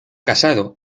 casado